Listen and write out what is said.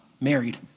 married